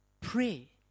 Pray